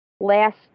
last